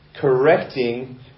correcting